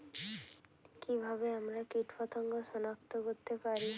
কিভাবে আমরা কীটপতঙ্গ সনাক্ত করতে পারি?